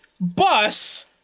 bus